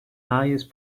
highest